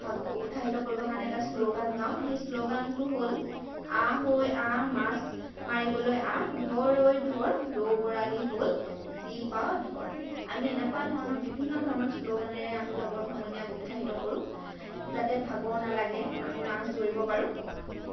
উৎসাহীত কৰিবৰ কাৰণে এটা শ্লগান গাওঁ সেই শ্লগানটো হ'ল আহ ঐ আহ মাছ মাৰিবলৈ আহ ধৰ ঐ ধৰ ৰৌ বৰালি শ'ল যি পাৱ ধৰ আমি এনেকুৱা ধৰণৰ বিভিন্ন ধৰণৰ শ্লগানেৰে আমি লগৰ সমনীয়াক উৎসাহীত কৰোঁ যাতে ভাগৰ নালাগে আমি মাছ ধৰিব পাৰোঁ